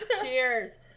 Cheers